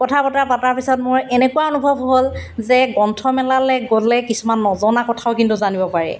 কথা বতৰা পতাৰ পিছত মোৰ এনেকুৱা অনুভৱ হ'ল যে গ্ৰন্থমেলালৈ গ'লে কিছুমান নজনা কথাও কিন্তু জানিব পাৰি